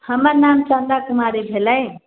हमर नाम चन्दा कुमारी भेलै